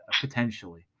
potentially